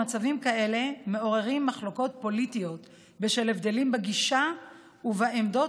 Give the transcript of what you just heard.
מצבים כאלה מעוררים מחלוקות פוליטיות בשל הבדלים בגישה ובעמדות